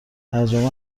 ترجمه